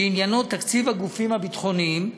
שעניינו תקציב הגופים הביטחוניים,